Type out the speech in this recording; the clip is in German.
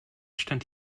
stand